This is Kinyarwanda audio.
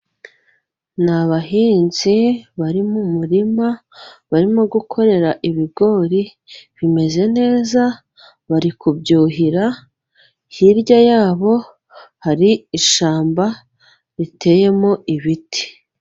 Ni abahinzi bari mu murima, barimo gukorera ibigori, bimeze neza, bari kubyuhira, hirya ya bo hari ishyamba riteyemo ibiti.